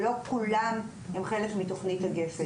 אבל לא כולם הם חלק בלתי נפרד מתכנית הגפ"ן.